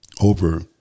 over